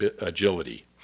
agility